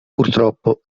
purtroppo